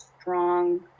strong